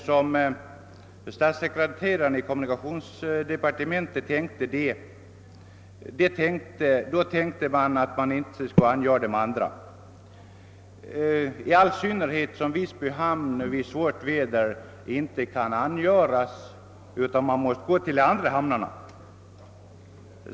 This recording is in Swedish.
När statssekreteraren i kommunikationsdepartementet framförde dessa synpunkter tänkte man inte angöra de andra hamnarna, i all synnerhet som Visby hamn vid svårt väder inte kan angöras utan man måste begagna de andra hamnarna.